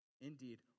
Indeed